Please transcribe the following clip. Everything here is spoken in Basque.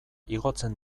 igotzen